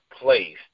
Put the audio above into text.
place